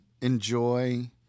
enjoy